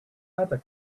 other